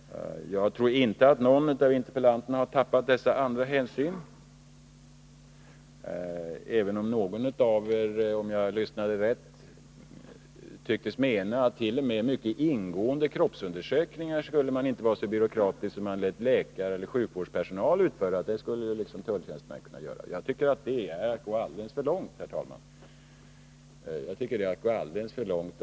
Jag tror inte att någon av interpellanterna har tappat dessa andra hänsyn, även om någon av er, om jag hörde rätt, tycktes mena att t.o.m. när det gällde mycket ingående kroppsundersökningar skulle man inte vara så byråkratisk att man lät läkare eller sjukvårdspersonal utföra dem, utan det skulle tulltjänstemän kunna göra. Jag tycker att det är att gå alldeles för långt.